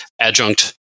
adjunct